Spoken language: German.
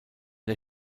der